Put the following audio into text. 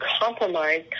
compromised